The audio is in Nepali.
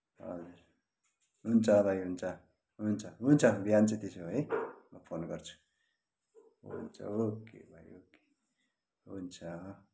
हजुर हुन्छ भाइ हुन्छ हुन्छ हुन्छ बिहान चाहिँ त्यसो भए है म फोन गर्छु हुन्छ ओके भाइ ओके हुन्छ